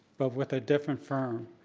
but with a different firm.